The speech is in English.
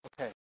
Okay